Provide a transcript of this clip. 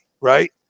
Right